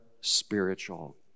spiritual